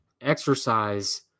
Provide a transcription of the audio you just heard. exercise